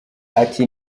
ati